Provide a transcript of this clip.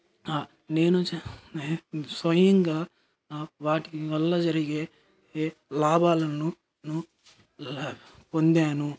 నేను స్వయంగా వాటి వల్ల జరిగే ఏ లాభాలను ను ల పొందాను